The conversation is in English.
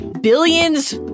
Billions